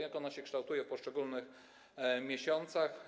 Jak to się kształtuje w poszczególnych miesiącach?